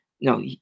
no